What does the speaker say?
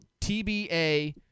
TBA